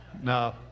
No